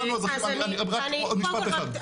אותנו האזרחים, רק עוד משפט אחד.